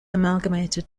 amalgamated